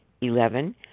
Eleven